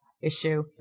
issue